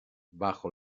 bajo